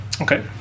okay